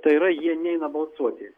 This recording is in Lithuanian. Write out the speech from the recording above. tai yra jie neina balsuoti